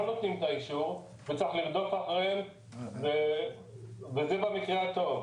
נותנים את האישור וצריך לרדוף אחריהם וזה במקרה הטוב.